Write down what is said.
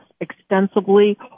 extensively